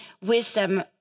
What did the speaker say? wisdom